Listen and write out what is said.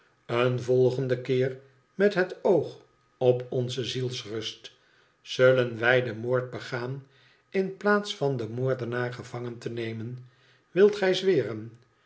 een volgenden keer met het oog op onze zielsrust zullen wij den moord begaan in plaats van den moordenaar gevangen te nemen wilt gij zweren